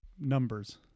numbers